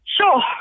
Sure